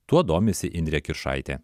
tuo domisi indrė kiršaitė